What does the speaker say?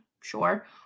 sure